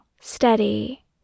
steady